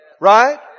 right